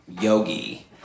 yogi